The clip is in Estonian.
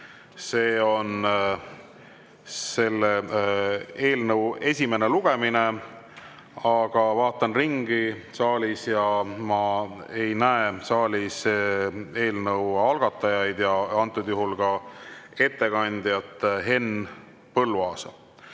See on selle eelnõu esimene lugemine. Aga vaatan ringi saalis ja ma ei näe saalis eelnõu algatajaid ega ka ettekandjat Henn Põlluaasa.